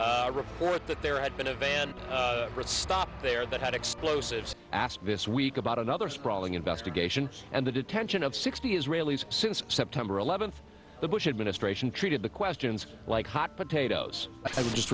a report that there had been a van praagh stop there that had explosives asked this week about another sprawling investigation and the detention of sixty israelis since september eleventh the bush administration treated the questions like hot potatoes i would just